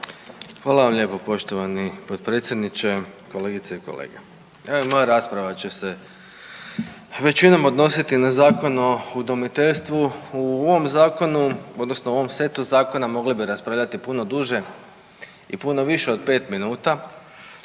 Hvala vam lijepo poštovani potpredsjedniče. Kolegice i kolege, evo moja rasprava će se većinom odnositi na Zakon o udomiteljstvu. O ovom zakonu odnosno o ovom setu zakona mogli bi raspravljati puno duže i puno više od 5 minuta